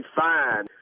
fine